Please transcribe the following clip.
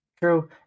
True